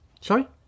Sorry